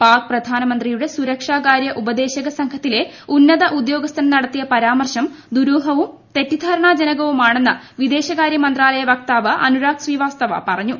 പാക് പ്രധാനമന്ത്രിയുടെ സുരക്ഷാകാര്യ ഉപദേശസംഘത്തിലെ ഉന്നത ഉദ്യോഗസ്ഥൻ നടത്തിയ പരാമർശം ദുരൂഹവും തെറ്റിദ്ധാരണാജനകവുമാണെന്ന് വിദേശമന്ത്രായല വക്താവ് അനുരാജ് ശ്രീവാസ്ഥവ പറഞ്ഞു